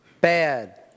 bad